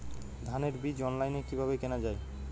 ধানের বীজ অনলাইনে কিভাবে কেনা যায়?